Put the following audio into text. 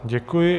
Děkuji.